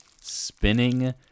spinning